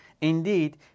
indeed